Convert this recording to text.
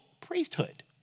priesthood